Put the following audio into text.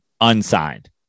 unsigned